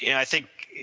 and i think,